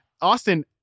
Austin